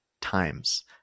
times